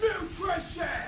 Nutrition